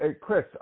Chris